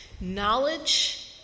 Knowledge